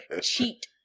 Cheat